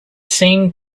seen